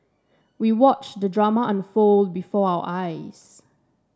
we watched the drama unfold before our eyes